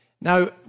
Now